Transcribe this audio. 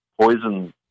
poison